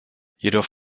jedoch